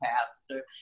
pastor